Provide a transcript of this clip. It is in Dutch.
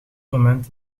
moment